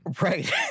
Right